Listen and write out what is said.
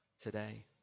today